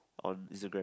on Instagram